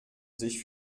sich